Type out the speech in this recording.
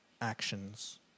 actions